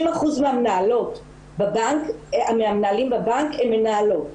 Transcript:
60% מהמנהלים בבנק הן מנהלות,